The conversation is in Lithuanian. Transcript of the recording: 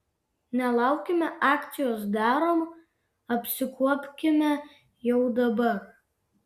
nelaukime akcijos darom apsikuopkime jau dabar